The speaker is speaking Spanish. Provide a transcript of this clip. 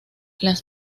las